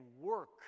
work